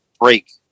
break